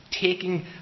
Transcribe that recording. taking